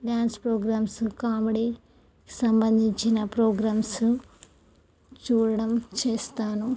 dance programs comedy సంబంధించిన programs చూడడం చేస్తాను